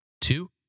Two